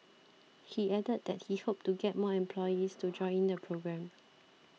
he added that he hoped to get more employees to join the programme